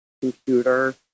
computer